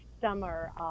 summer